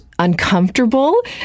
uncomfortable